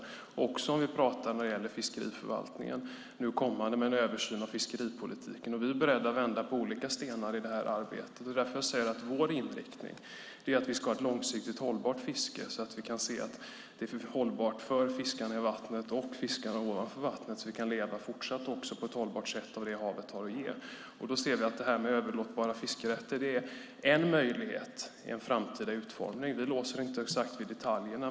Det gäller också när vi talar om fiskeriförvaltningen och nu kommande översyn av fiskeripolitiken. Vi är beredda att vända på olika stenar i det arbetet. Vår inriktning är att vi ska ha ett långsiktigt hållbart fiske så att vi kan se att det är hållbart för fiskarna i vattnet och fiskarna ovanför och så att vi fortsatt på ett hållbart sätt kan leva av vad havet har att ge. Vi ser att överlåtbara fiskerätter är en möjlighet i en framtida utformning. Vi låser oss inte exakt vid detaljerna.